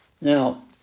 Now